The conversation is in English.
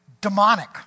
demonic